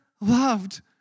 loved